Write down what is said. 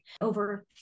over